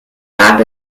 gab